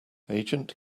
agent